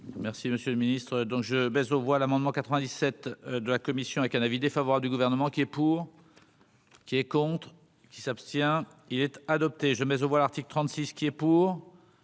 Merci, monsieur le Ministre, donc je baise aux voix l'amendement 97 de la commission avec un avis défavorable du gouvernement qui est. Pour qui est contre. Qui s'abstient-il être adopté je mais au voir l'article 36 ce qui est. Pour